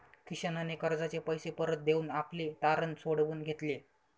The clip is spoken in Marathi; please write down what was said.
किशनने कर्जाचे पैसे परत देऊन आपले तारण सोडवून घेतले